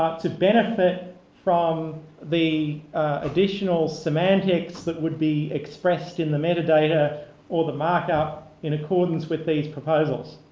ah to benefit from the additional semantics that would be expressed in the metadata or the markup in accordance with these proposals.